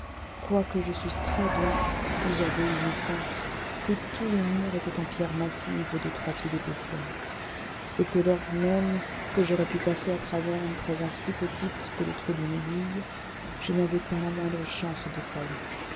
quoique je susse très-bien si j'avais eu mes sens que tout le mur était en pierres massives de trois pieds d'épaisseur et que lors même que j'aurais pu passer à travers une crevasse plus petite que le trou d'une aiguille je n'avais pas la moindre chance de salut